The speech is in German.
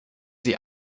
sie